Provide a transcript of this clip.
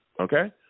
okay